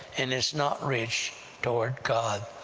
and is not rich toward god.